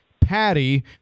patty